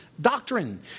doctrine